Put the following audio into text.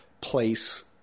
place